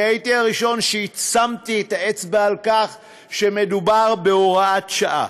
אני הייתי הראשון ששם את האצבע על כך שמדובר בהוראת שעה.